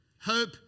Hope